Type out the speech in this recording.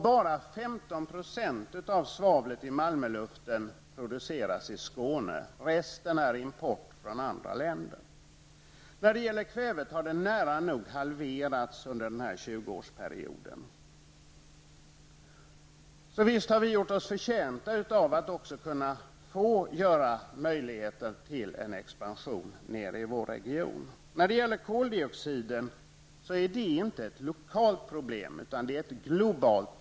Bara 15 % Resten är import från andra länder. Halten av kväve har nära nog halverats under den senaste tjugoårsperioden. Visst har vi gjort oss förtjänta av att också få möjligheter till en expansion i vår region. Problemet med koldioxidutsläppen är inte lokalt utan globalt.